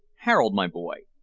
harold, my boy,